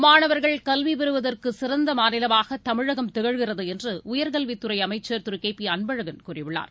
மாணவர்கள் கல்வி பெறுவதற்கு சிறந்த மாநிலமாக தமிழகம் திகழ்கிறது என்று உயர்கல்வித் துறை அமைச்சர் திரு கே பி அன்பழகன் கூறியுள்ளார்